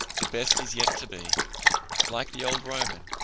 the best is yet to be like the old roman,